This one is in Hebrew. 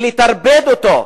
ולטרפד אותו,